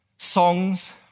Songs